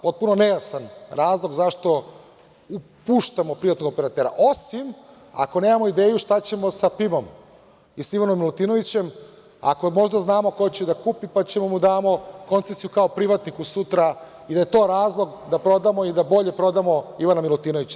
Potpuno nejasan razlog zašto puštamo privatnog operatera, osim ako nemamo ideju šta ćemo sa PIM-om i „Ivanom Milutinovićem“, ako možda znamo ko će da kupi, pa ćemo da mu damo koncesiju kao privatniku sutra i da je to razlog da prodamo i da bolje prodamo „Ivana Milutinovića“